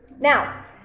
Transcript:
Now